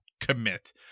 commit